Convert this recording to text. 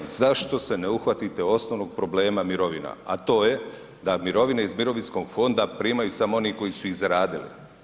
Zašto se ne uhvatite osnovnog problema mirovina, a to je da mirovine iz mirovinskog fonda primaju samo oni koji su ih zaradili.